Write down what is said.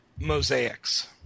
Mosaics